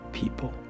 people